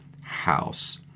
house